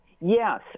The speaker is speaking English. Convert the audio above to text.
Yes